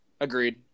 agreed